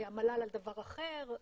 המל"ל על דבר אחר.